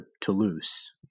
Toulouse